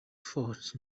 fort